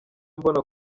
mbona